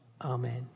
Amen